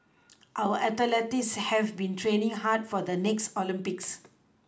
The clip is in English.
our athletes have been training hard for the next Olympics